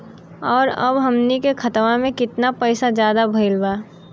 और अब हमनी के खतावा में कितना पैसा ज्यादा भईल बा?